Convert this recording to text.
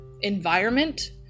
environment